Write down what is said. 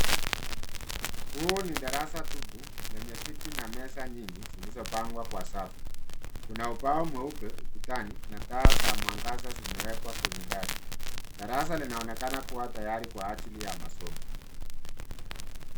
Huu ni darasa tupu lenye viti na meza nyingi zilizopangwa kwa safu. Kuna ubao mweupe na taa za mwangaza zimewekwa kwenye dari. Darasa linaonekana kuwa tayari kwa ajili ya masomo.